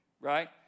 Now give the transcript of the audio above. right